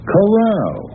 Corral